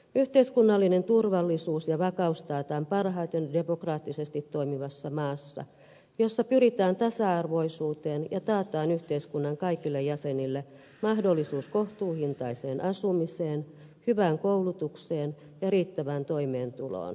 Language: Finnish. yhteiskunnallinen turvallisuus ja vakaus taataan parhaiten demokraattisesti toimivassa maassa jossa pyritään tasa arvoisuuteen ja taataan yhteiskunnan kaikille jäsenille mahdollisuus kohtuuhintaiseen asumiseen hyvään koulutukseen ja riittävään toimeentuloon